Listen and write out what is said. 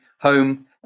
home